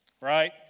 right